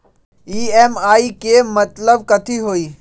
EMI के मतलब कथी होई?